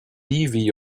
levy